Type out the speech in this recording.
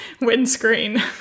windscreen